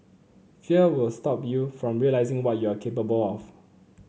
fear will stop you from realising what you are capable of